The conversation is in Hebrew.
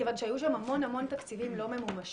כיוון שהיו שם המון תקציבים לא ממומשים.